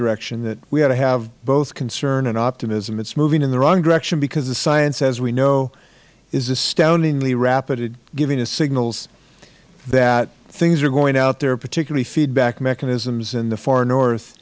direction that we ought to have both concern and optimism it is moving in the wrong direction because the science as we know is astoundingly rapid at giving us signals that things are going out there particularly feedback mechanisms in the far north